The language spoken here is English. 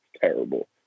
Terrible